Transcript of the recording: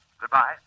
Goodbye